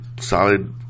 solid